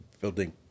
building